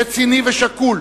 רציני ושקול,